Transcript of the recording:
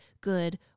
good